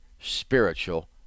spiritual